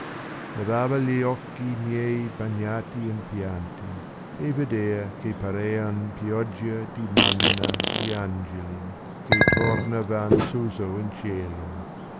lievava gli occhi miei bagnati in pianti e vedea che paréan pioggia di manna gli angeli che tornavan suso in cielo